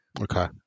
Okay